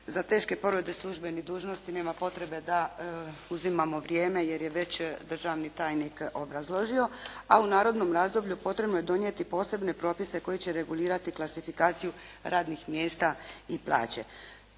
Za teške povrede službene dužnosti nema potrebe da uzimamo vrijeme, jer je već državni tajnik obrazložio, a u narednom razdoblju potrebno je donijeti posebne propise koji će regulirati klasifikaciju radnih mjesta i plaće.